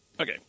Okay